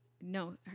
No